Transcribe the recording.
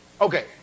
Okay